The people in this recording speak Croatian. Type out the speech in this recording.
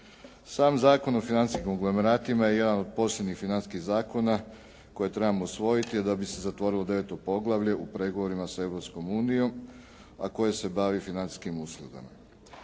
Sam Zakon o financijskim konglomeratima je jedan od posebnih financijskih zakona koje trebamo usvojiti da bi se zatvorilo 9. poglavlje u pregovorima sa Europskom unijom, a koje se bavi financijskim uslugama.